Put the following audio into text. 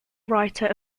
writer